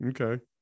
okay